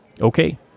okay